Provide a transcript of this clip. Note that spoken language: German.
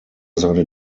seine